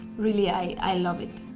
really i love it.